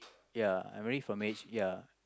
ya I'm ready for marriage ya